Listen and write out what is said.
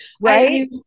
Right